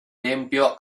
tempio